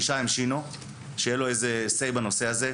יהיה מוכן למפגש עם שינו וכדי שתהיה לו איזושהי אמירה בנושא הזה.